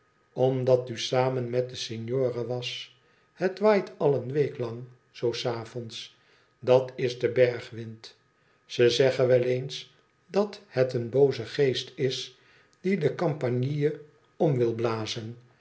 omdat u samen met den signore was het waait al een week lang zoo s avonds dat is de bergwind ze zeggen wel eens dat het een booze geest is die de campanile om wil blazen